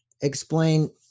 explain